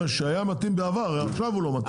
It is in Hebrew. שהיה מתאים בעבר ועכשיו הוא לא מתאים.